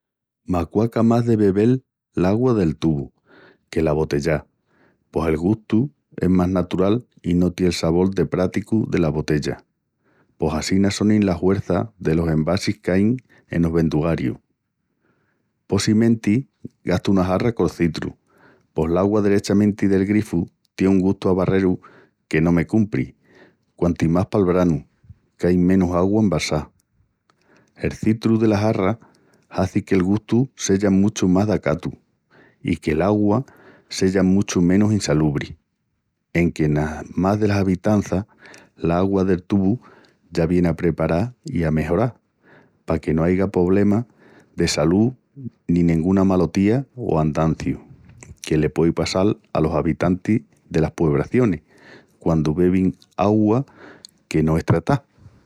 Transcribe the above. M'aquaca mas de bebel l'augua del tubu, que l'abotellá, pos el gustu es mas natural i no tié'l sabol del práticu dela botella, pos assina sonin la huerça delos envasis qu'ain enos venduarius. Possimenti gastu una jarra col citru, pos l'augua derechamenti del grifu tié un gustu a barreru que no me cumpri, quantimás pal branu qu'ain menus augua embalsá. El citru dela jarra hazi qu'el gustu seya muchu mas d'acatu i que l'augua seya muchu menus insalubri, enque enas mas delas abitanças l'augua del tubu ya vieni aprepará i amejorá, paque no aiga poblemas de salú ni nenguna malotía o andanciu, que le puei passal alos abitantis delas puebracionis quandu bebin augua que no es tratá.